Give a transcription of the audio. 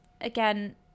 again